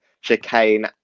chicane